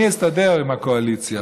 אני אסתדר עם הקואליציה,